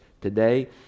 today